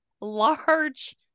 large